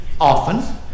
Often